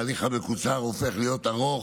ההליך המקוצר הופך להיות ארוך.